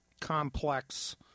complex